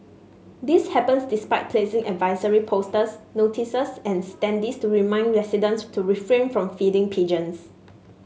this happens despite placing advisory posters notices and standees to remind residents to refrain from feeding pigeons